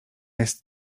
jest